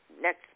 next